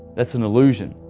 that's an illusion,